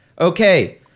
Okay